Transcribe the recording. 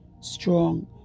strong